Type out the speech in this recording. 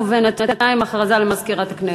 בינתיים, הודעה למזכירת הכנסת.